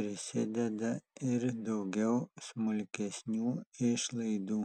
prisideda ir daugiau smulkesnių išlaidų